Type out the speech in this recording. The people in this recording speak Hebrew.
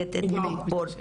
אם אתם לא מכירים את הנתונים,